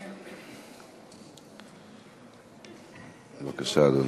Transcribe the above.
בבקשה, אדוני.